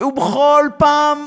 ובכל פעם,